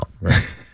right